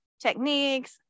techniques